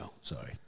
Sorry